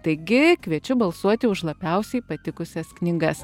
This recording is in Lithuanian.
taigi kviečiu balsuoti už labiausiai patikusias knygas